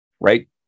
right